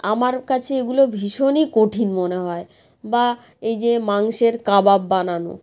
আমার কাছে এগুলো ভীষণই কঠিন মনে হয় বা এই যে মাংসের কাবাব বানানো